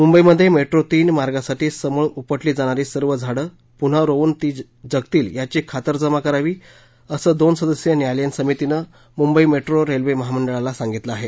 मुंबईमध्ये मेट्रो तीन मार्गासाठी समूळ उपटली जाणारी सर्व झाडं पुन्हा रोवून ती जगतील याची खातरजमा करावी असं दोन सदस्यीय न्यायालयीन समितीनं मुंबई मेट्रो रेल्वे महामंडळाला सांगितलं आहे